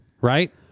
right